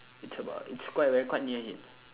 it's about it's quite very quite near him